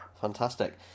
Fantastic